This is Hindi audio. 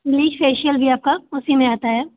ब्लीच फेशियल भी आपका उसी में आता है